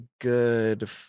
good